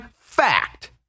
fact